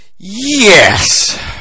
Yes